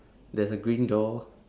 there's a green door